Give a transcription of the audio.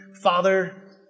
Father